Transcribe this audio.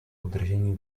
udržení